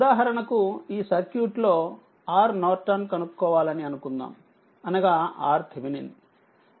ఉదాహరణకు ఈ సర్క్యూట్ లో RN కనుక్కోవాలని అనుకుందాం అనగా RTh